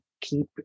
keep